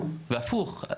לא נראה לי